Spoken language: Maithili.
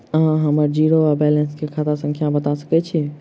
अहाँ हम्मर जीरो वा बैलेंस केँ खाता संख्या बता सकैत छी?